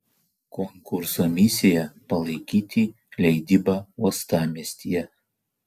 konkurso misija palaikyti leidybą uostamiestyje